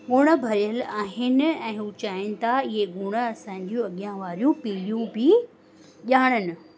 गुण भरियल आहिनि ऐं हूअ चाहिनि था इहे गुण असांजूं अॻियां वारियूं पीढ़ियूं बि ॼाणण